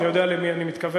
אתה יודע למי אני מתכוון.